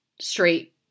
straight